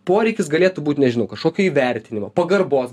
poreikis galėtų būt nežinau kašokio įvertinimo pagarbos